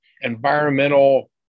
environmental